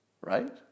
right